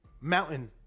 mountain